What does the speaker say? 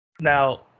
Now